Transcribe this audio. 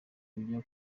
kujya